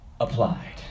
applied